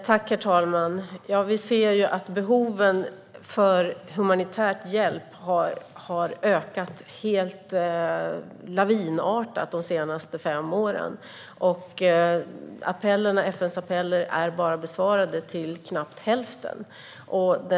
Herr talman! Behovet av humanitär hjälp har ökat lavinartat de senaste fem åren. FN:s appeller har bara besvarats till knappt hälften.